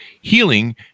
healing